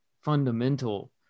fundamental